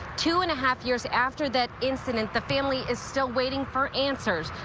two and a half years after that incident, the family is still waiting for answers.